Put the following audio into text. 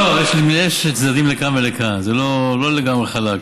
לא, יש צדדים לכאן ולכאן, זה לא לגמרי חלק.